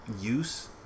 use